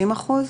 60%?